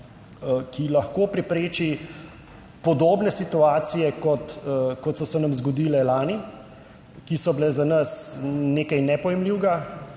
ki lahko prepreči podobne situacije, kot so se nam zgodile lani, ki so bile za nas nekaj nepojmljivega,